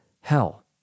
hell